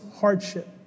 hardship